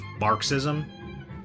Marxism